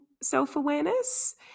self-awareness